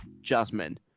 Jasmine